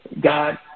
god